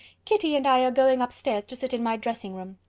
kitty and i are going up stairs to sit in my dressing-room.